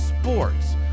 sports